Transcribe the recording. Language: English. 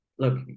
Look